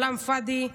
כלאם פאדי.